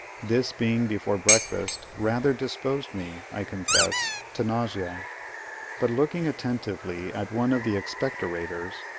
this being before breakfast, rather disposed me, i confess, to nausea but looking attentively at one of the expectorators,